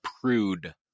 prude